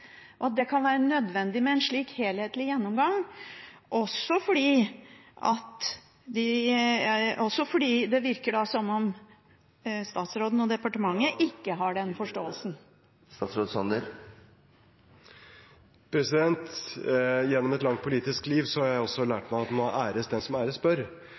og næring, nettopp fordi det er så sårbare miljøer, også i samisk sammenheng, fordi de er så små. Det kan være nødvendig med en slik helhetlig gjennomgang, også fordi det virker som om statsråden og departementet ikke har den forståelsen. Gjennom et langt politisk liv har jeg lært meg at den skal æres den som æres